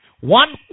One